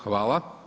Hvala.